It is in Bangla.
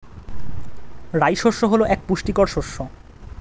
রাই শস্য হল এক পুষ্টিকর শস্য